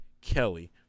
Kelly